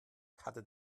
hatte